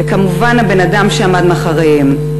וכמובן הבן-אדם שעמד מאחוריהן.